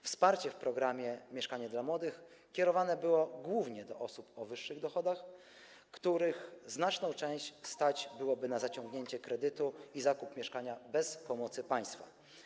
Wsparcie w programie „Mieszkanie dla młodych” kierowane było głównie do osób o wyższych dochodach, których znaczą część byłoby stać na zaciągnięcie kredytu i zakup mieszkania bez pomocy państwa.